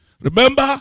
Remember